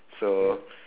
so